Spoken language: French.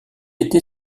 été